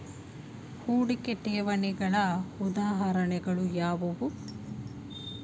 ಹೂಡಿಕೆ ಠೇವಣಿಗಳ ಉದಾಹರಣೆಗಳು ಯಾವುವು?